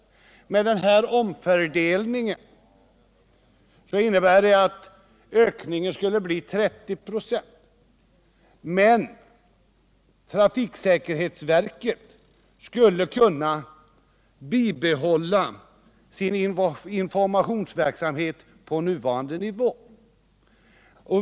Med den av oss föreslagna omfördelningen skulle den senare ökningen bli 30 96, men trafiksäkerhetsverket skulle i stället kunna bibehålla sin informationsverksamhet på nuvarande nivå.